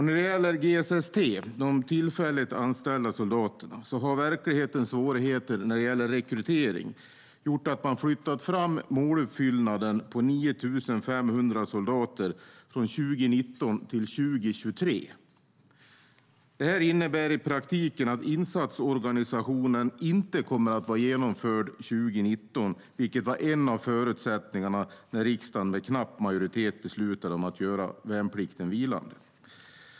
När det gäller GSS/T, de tillfälligt anställda soldaterna, har verklighetens svårigheter när det gäller rekrytering gjort att man flyttat fram måluppfyllelsen på 9 500 soldater från 2019 till 2023. Detta innebär i praktiken att insatsorganisationen inte kommer att vara genomförd 2019, vilket var en av förutsättningarna när riksdagen med knapp majoritet beslutade om att göra värnplikten vilande.